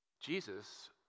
Jesus